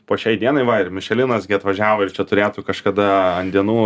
po šiai dienai va ir mišelinas gi atvažiavo ir čia turėtų kažkada ant dienų